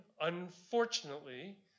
unfortunately